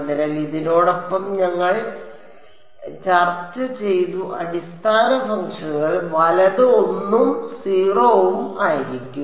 അതിനാൽ ഇതിനോടൊപ്പം ഞങ്ങൾ ഇതിനകം ചർച്ച ചെയ്ത അടിസ്ഥാന ഫംഗ്ഷനുകൾ വലത് 1 ഉം 0 ഉം ആയിരിക്കും